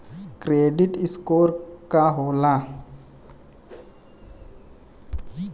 Credit score का होला?